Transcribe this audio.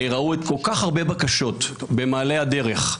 ראו את כל כך הרבה בקשות במעלה הדרך,